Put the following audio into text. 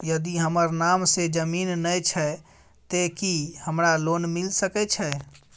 यदि हमर नाम से ज़मीन नय छै ते की हमरा लोन मिल सके छै?